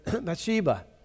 Bathsheba